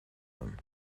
them